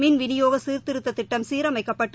மின் விநியோக சீர்திருத்தத் திட்டம் சீரமைக்கப்பட்டு